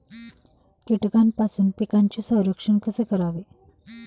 कीटकांपासून पिकांचे संरक्षण कसे करावे?